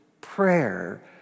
prayer